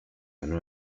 ganó